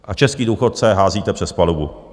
A české důchodce házíte přes palubu.